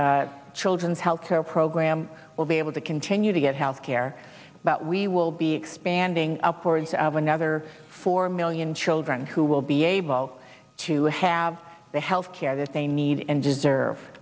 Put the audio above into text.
this children's healthcare program will be able to continue to get health care but we will be expanding upwards of another four million children who will be able to have the health care that they need and deserve